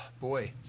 boy